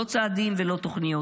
לא צעדים ולא תוכניות.